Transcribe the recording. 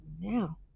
now